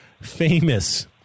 famous